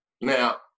Now